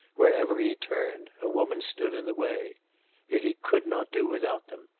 wherever he turned, a woman stood in the way. yet he could not do without them.